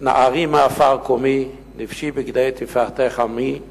התנערי מעפר קומי / לבשי בגדי תפארתך עמי /